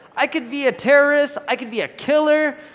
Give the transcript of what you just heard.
i could be a terrorist, i could be a killer,